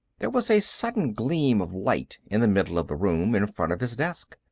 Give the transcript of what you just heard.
there was a sudden gleam of light in the middle of the room, in front of his desk.